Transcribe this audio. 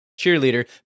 cheerleader